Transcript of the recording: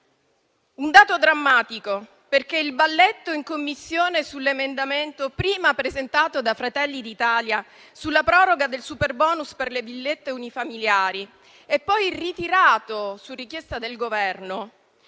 un dato drammatico, perché il balletto in Commissione sull'emendamento prima presentato da Fratelli d'Italia sulla proroga del superbonus per le villette unifamiliari, poi ritirato su richiesta del Governo,